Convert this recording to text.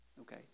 okay